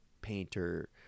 painter